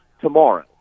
tomorrow